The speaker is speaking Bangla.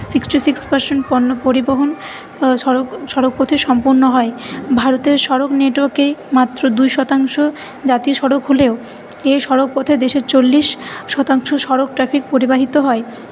সিক্সটি সিক্স পারসেন্ট পণ্য পরিবহন সড়ক সড়ক প্রতি সম্পূর্ণ হয় ভারতের সড়ক নেটওয়ার্কেই মাত্র দুই শতাংশ জাতীয় সড়ক হলেও এ সড়ক পথে দেশের চল্লিশ শতাংশ সড়ক ট্রাফিক পরিবাহিত হয়